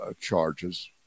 charges